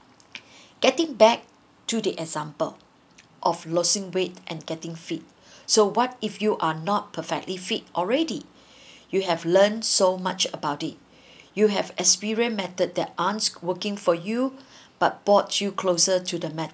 getting back to the example of losing weight and getting fit so what if you are not perfectly fit already you have learnt so much about it you have experience method that aren't working for you but brought you closer to the